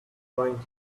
trying